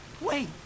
Wait